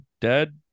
dead